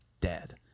dead